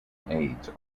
aides